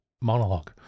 monologue